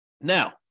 Now